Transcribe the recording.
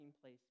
place